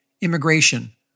Immigration